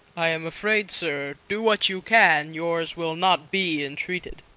i am afraid, sir, do what you can, yours will not be entreated.